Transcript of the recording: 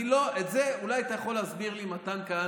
את זה אולי אתה יכול להסביר לי, מתן כהנא: